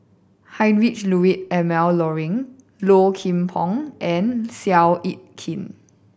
Heinrich Ludwig Emil Luering Low Kim Pong and Seow Yit Kin